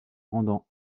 rendant